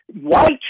white